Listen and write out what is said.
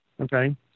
okay